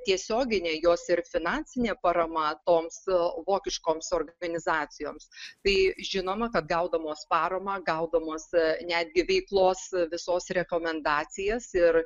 tiesioginė jos ir finansinė parama toms vokiškoms organizacijoms tai žinoma kad gaudamos paramą gaudomos netgi veiklos visos rekomendacijas ir